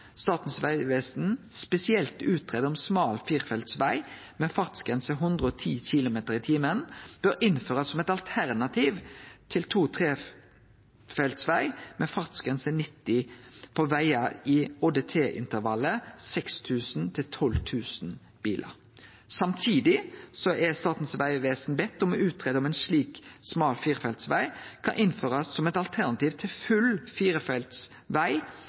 Statens vegvesen spesielt greie ut om smal fireveltsveg med fartsgrense 110 km/t bør innførast som eit alternativ til to-/trefeltsveg med fartsgrense 90 km/t på vegar i ÅDT-intervallet 6 000–12 000 bilar. Samtidig er Statens vegvesen bede om å greie ut om ein slik smal firefeltsveg kan innførast som eit alternativ til full